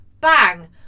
bang